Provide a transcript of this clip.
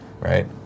Right